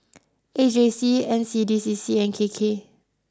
A J C N C D C C and K K